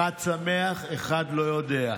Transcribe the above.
אחד שמח, אחד, לא יודע.